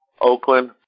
Oakland